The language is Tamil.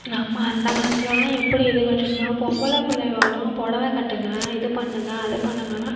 நம்ம அந்த காலத்திலலாம் எப்படி இது கட்டிருந்தோம் பொம்பள பிள்ளைவோலும் புடவ கட்டுங்க இது பண்ணுங்க அது பண்ணுங்கன்னா